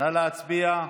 נא להצביע.